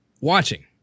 watching